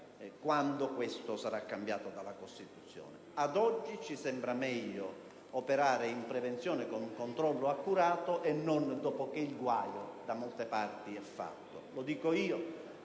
quando questo sarà sancito dalla Costituzione. Ad oggi ci sembra meglio operare preventivamente, con un controllo accurato, e non dopo che il guaio da molte parti è stato fatto. Lo dico io